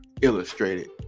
Illustrated